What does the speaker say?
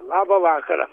labą vakarą